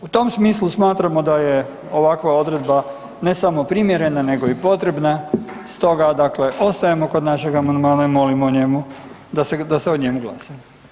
U tom smislu smatramo da je ovakva odredba ne samo primjerena nego i potrebna, stoga dakle ostajemo kod našeg amandmana i molimo da se o njemu glasa.